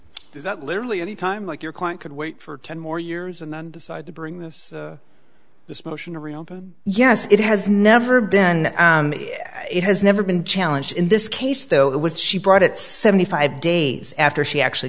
that literally any time like your client could wait for ten more years and then decide to bring this this motion to reopen yes it has never been it has never been challenged in this case though it was she brought it seventy five days after she actually